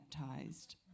baptized